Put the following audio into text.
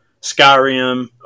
Skyrim